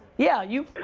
yeah, you